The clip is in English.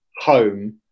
home